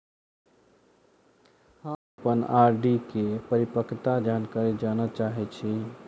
हम अप्पन आर.डी केँ परिपक्वता जानकारी जानऽ चाहै छी